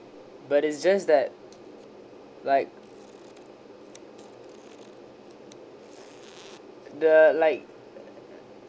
but it's just that like the like